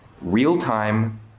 Real-time